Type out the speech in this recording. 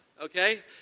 okay